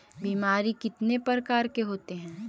बीमारी कितने प्रकार के होते हैं?